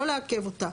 לא לעכב אותה.